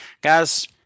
guys